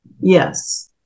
Yes